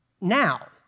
now